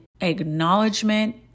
acknowledgement